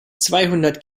zweihundert